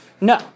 No